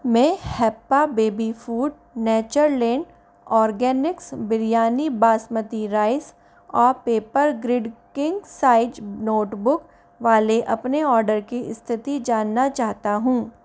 मैं Happa baby food Natureland organics biryani basmati rice और Papergrid king size notebook वाले अपने ऑडर की स्थिति जानना चाहता हूँ